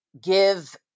give